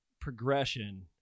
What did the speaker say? progression